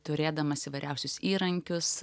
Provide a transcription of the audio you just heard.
turėdamas įvairiausius įrankius